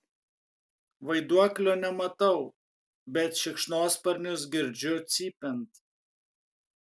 vaiduoklio nematau bet šikšnosparnius girdžiu cypiant